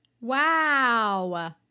Wow